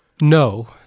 No